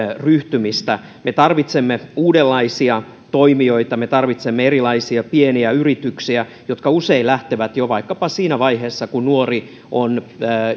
ryhtymistä me tarvitsemme uudenlaisia toimijoita me tarvitsemme erilaisia pieniä yrityksiä jotka usein lähtevät jo vaikkapa siinä vaiheessa kun nuori on